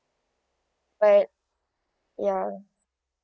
but ya